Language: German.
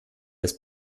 des